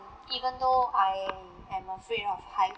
even though I am afraid of height